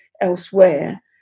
elsewhere